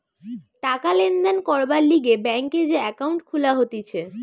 টাকা লেনদেন করবার লিগে ব্যাংকে যে একাউন্ট খুলা হতিছে